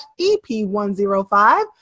EP105